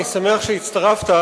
אני שמח שהצטרפת,